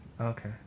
Okay